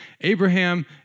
Abraham